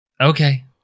Okay